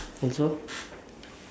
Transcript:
also